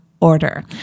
order